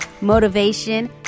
motivation